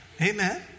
Amen